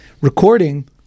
recording